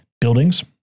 buildings